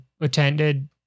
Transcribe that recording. attended